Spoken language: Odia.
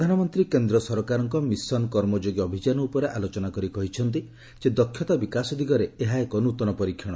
ପ୍ରଧାନମନ୍ତ୍ରୀ କେନ୍ଦ୍ର ସରକାରଙ୍କ 'ମିଶନ କର୍ମଯୋଗୀ' ଅଭିଯାନ ଉପରେ ଆଲୋଚନା କରି କହିଛନ୍ତି ଯେ ଦକ୍ଷତା ବିକାଶ ଦିଗରେ ଏହା ଏକ ନୃତନ ପରୀକ୍ଷଣ